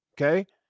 okay